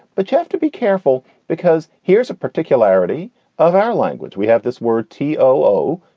but you have to be careful because here's a particularity of our language. we have this word, t o,